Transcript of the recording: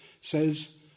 says